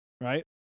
right